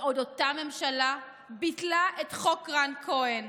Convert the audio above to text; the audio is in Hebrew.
בעוד אותה ממשלה ביטלה את חוק רן כהן,